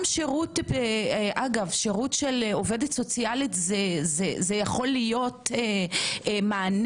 גם שירות של עובדת סוציאלית זה יכול להיות מענה